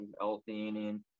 L-theanine